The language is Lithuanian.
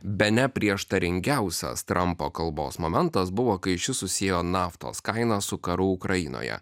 bene prieštaringiausias trampo kalbos momentas buvo kai šis susiejo naftos kainas su karu ukrainoje